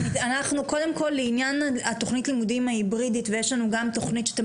קודם כל לעניין תוכנית הלימודים ההיברידית ויש לנו גם תוכנית שאתם